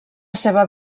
seva